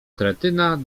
kretyna